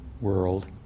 world